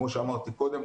כמו שאמרתי קודם,